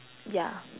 yeah